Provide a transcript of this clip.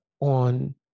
on